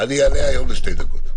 אני אעלה היום לשתי דקות.